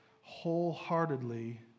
wholeheartedly